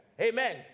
Amen